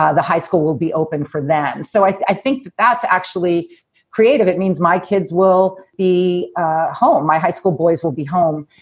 ah the high school will be open for that. and so i think that's actually creative. it means my kids will be home by high school, boys will be home,